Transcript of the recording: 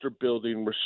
building